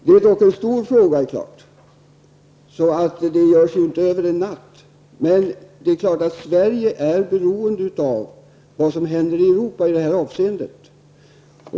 Det är dock en stor fråga, så det görs ju inte över en natt. Det är klart att Sverige är beroende av vad som händer i Europa i det här avseendet.